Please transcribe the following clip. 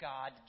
God